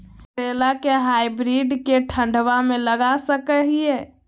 करेला के हाइब्रिड के ठंडवा मे लगा सकय हैय?